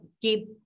keep